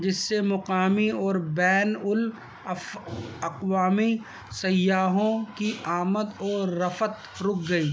جس سے مقامی اور بین الاقوامی سیاحوں کی آمد اور رفت رک گئی